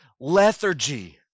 lethargy